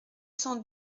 cent